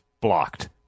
blocked